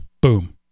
Boom